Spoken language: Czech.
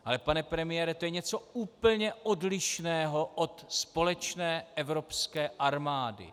Ale pane premiére, to je něco úplně odlišného od společné evropské armády.